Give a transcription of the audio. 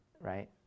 right